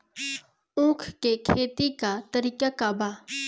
उख के खेती का तरीका का बा?